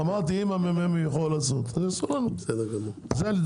אמרתי שאם המ.מ.מ יוכל לעשות לנו את זה הם יעשו.